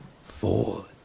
four